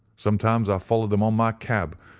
sometimes i followed them on my cab,